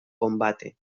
combate